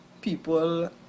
people